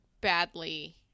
badly